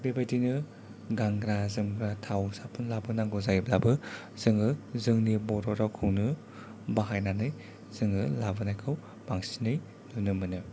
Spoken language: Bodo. बेबायदिनो गानग्रा जोमग्रा थाव साफुन लाबोनांगौ जायोब्लाबो जोङो जोंनि बर' रावखौनो बाहायनानै जोङो लाबोनायखौ बांसिनै नुनो मोनो